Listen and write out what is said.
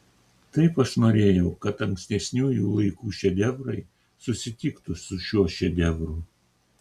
taip aš norėjau kad ankstesniųjų laikų šedevrai susitiktų su šiuo šedevru